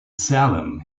salem